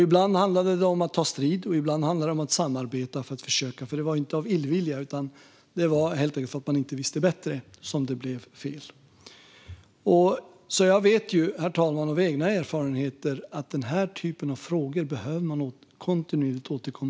Ibland handlade det om att ta strid, och ibland handlade det om att samarbeta, för det var ju inte av illvilja som det blev fel utan helt enkelt för att man inte visste bättre. Därför, herr talman, vet jag av egen erfarenhet att man kontinuerligt behöver återkomma till den här typen av frågor.